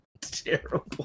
Terrible